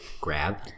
Grab